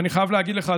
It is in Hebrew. ואני חייב להגיד לך,